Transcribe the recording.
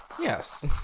Yes